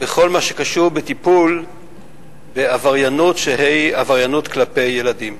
בכל מה שקשור בטיפול בעבריינות שהיא עבריינות כלפי ילדים,